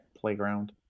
playground